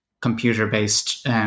computer-based